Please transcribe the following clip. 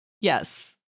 Yes